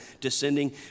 descending